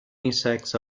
insects